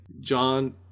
John